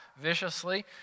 viciously